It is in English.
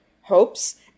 hopes